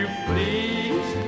please